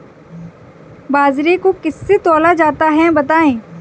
बाजरे को किससे तौला जाता है बताएँ?